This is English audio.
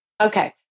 Okay